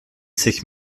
sich